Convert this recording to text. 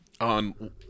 on